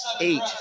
eight